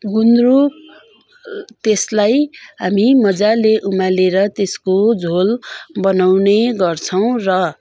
गुन्द्रुक त्यसलाई हामी मजाले उमालेर त्यसको झोल बनाउने गर्छौँ र